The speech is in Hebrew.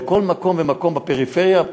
בכל מקום ומקום בפריפריה,